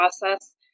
process